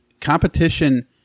competition